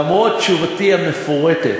למרות תשובתי המפורטת,